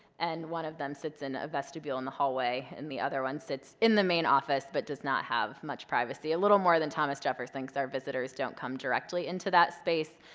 and one of them sits in a vestibule in the hallway, and the other one sits in the main office but does not have much privacy. a little more than thomas jefferson because our visitors don't come directly into that space,